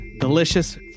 Delicious